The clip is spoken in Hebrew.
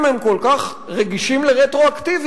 אם הם כל כך רגישים לרטרואקטיביות,